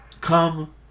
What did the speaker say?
Come